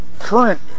current